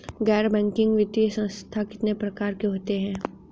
गैर बैंकिंग वित्तीय संस्थान कितने प्रकार के होते हैं?